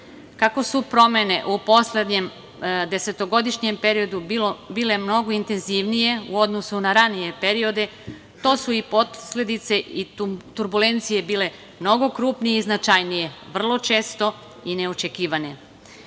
Kako su promene u poslednjem desetogodišnjem periodu bile mnogo intenzivnije u odnosu na ranije periode to su i posledice i turbulencije bile mnogo krupnije i značajnije, vrlo često i